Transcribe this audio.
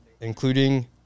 including